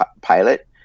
pilot